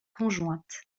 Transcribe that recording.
conjointe